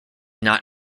not